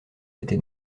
était